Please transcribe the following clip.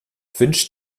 wünscht